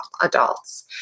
adults